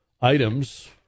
items